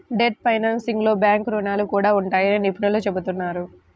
debt ఫైనాన్సింగ్లో bank రుణాలు కూడా ఉంటాయని నిపుణులు చెబుతున్నారు